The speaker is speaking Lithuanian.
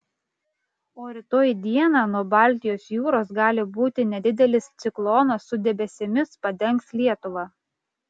o rytoj dieną nuo baltijos jūros gali būti nedidelis ciklonas su debesimis padengs lietuvą